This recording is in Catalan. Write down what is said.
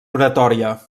oratòria